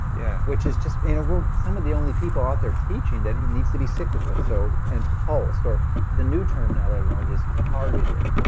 yeah which is just. we're some of the only people out there teaching that. it needs to be cyclical so and pulsed, or the new term now that i learned is targeted,